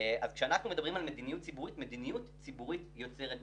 אז כשאנחנו מדברים על מדיניות ציבורית מדיניות ציבורית יוצרת מציאות,